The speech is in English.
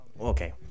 Okay